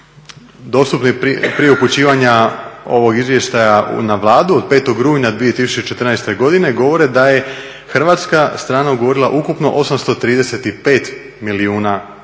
dostupni prije upućivanja ovog izvještaja na Vladu, od 05. rujna 2014. godine govore da je hrvatska strana ugovorila ukupno 835 milijuna eura,